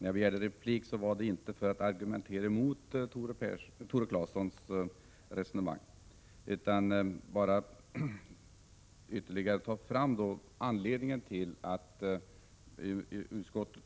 Herr talman! Jag har inte begärt replik för att argumentera mot Tore Claesons resonemang utan för att ytterligare förklara anledningen till att utskottet